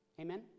Amen